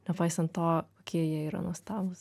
nepaisant to kokie jie yra nuostabūs